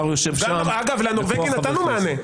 אגב, לנורבגים נתנו מענה.